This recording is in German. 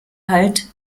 halt